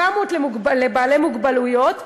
700 לבעלי מוגבלויות,